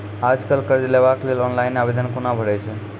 आज कल कर्ज लेवाक लेल ऑनलाइन आवेदन कूना भरै छै?